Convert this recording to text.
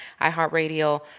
iHeartRadio